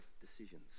decisions